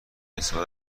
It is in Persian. استفاده